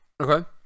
Okay